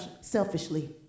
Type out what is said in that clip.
selfishly